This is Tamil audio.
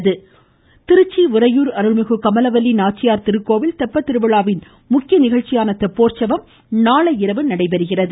ம் ம் ம் ம் ம் ம கோவில் உறையூர் அருள்மிகு கமலவல்லி நாச்சியார் திருக்கோவில் தெப்பத்திருவிழாவின் முக்கிய நிகழ்ச்சியான தெப்போற்சவம் நாளை இரவு நடைபெறுகிறது